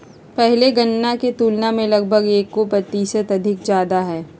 पहले गणना के तुलना में लगभग एगो प्रतिशत अधिक ज्यादा हइ